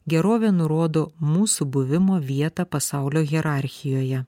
gerovė nurodo mūsų buvimo vietą pasaulio hierarchijoje